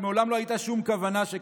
שמעולם לא הייתה שום כוונה שכזו.